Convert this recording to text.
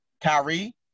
Kyrie